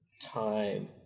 time